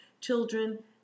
Children